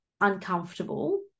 uncomfortable